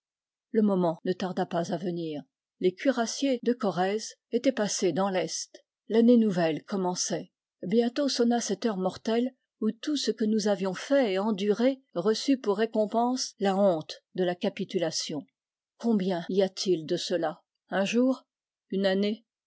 le moment ne tarda pas à venir les cuirassiers de gorrèze étaient passés dans l'est l'année nouvelle commençait bientôt sonna cette heure mortelle où tout ce que nous avions fait et enduré reçut pour récompense la honte de la capitulation combien y a-t-il de cela un jour une année